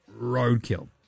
Roadkill